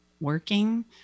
working